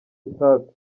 etape